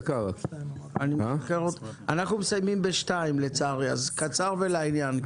לצערי, אנחנו מסיימים ב-14:00, אז קצר ולעניין.